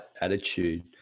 attitude